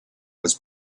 was